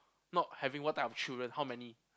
not having what type of children how many